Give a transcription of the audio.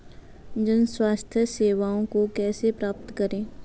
जन स्वास्थ्य सेवाओं को कैसे प्राप्त करें?